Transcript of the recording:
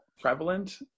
prevalent